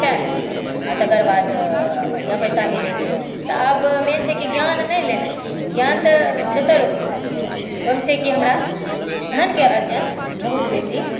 कए लै छै आ तेकर बाद बढ़िआँ पैसा मिलै छै तऽ आब मेन छै की ज्ञान नहि लेबाक छै ज्ञान तऽ दोसर अथी भए गेलै ओहिमे छी की हमरा धनके अर्जन बहुत बेसी